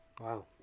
Wow